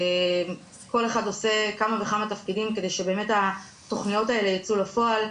כל אחד עושה כמה וכמה תפקידים כדי שהתכניות האלה ייצאו לפועל.